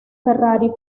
ferrari